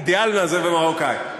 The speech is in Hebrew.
דיאלנה זה במרוקאית,